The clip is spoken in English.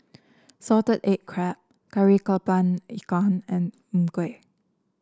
Salted Egg Crab Kari kepala Ikan and Png Kueh